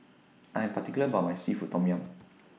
I Am particular about My Seafood Tom Yum